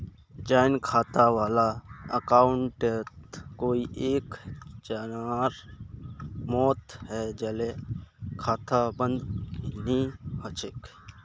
joint खाता वाला अकाउंटत कोई एक जनार मौत हैं जाले खाता बंद नी हछेक